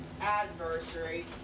adversary